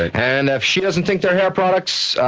and if she doesn't think they're hair products,